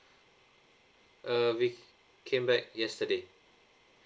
err we came back yesterday